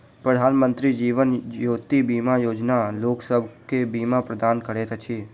प्रधानमंत्री जीवन ज्योति बीमा योजना लोकसभ के बीमा प्रदान करैत अछि